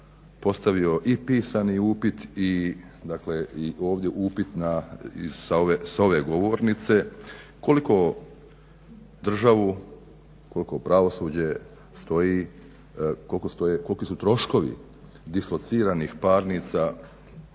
postavio i pisani upit i, dakle i ovdje upit sa ove govornice koliko državu, koliko pravosuđe stoji, koliki su troškovi dislociranih parnica